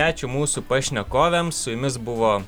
ačiū mūsų pašnekovėms su jumis buvo